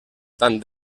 tant